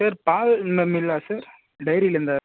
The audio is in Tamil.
சார் பால் மே மில்லா சார் டெய்ரியிலேருந்தா